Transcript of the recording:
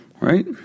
Right